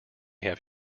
have